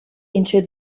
into